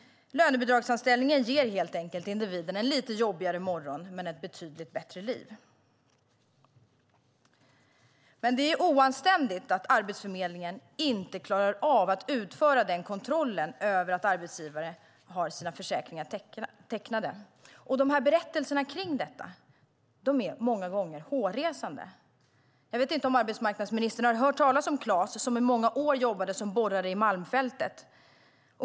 Lönebidragsanställningen ger helt enkelt individen en lite jobbigare morgon men ett betydligt bättre liv. Men det är oanständigt att Arbetsförmedlingen inte klarar av att utföra kontrollen av att arbetsgivare har tecknat försäkringar. Berättelserna om detta är många gånger hårresande. Jag vet inte om arbetsmarknadsministern har hört talas om Klas, som i många år jobbade som borrare i Malmfälten.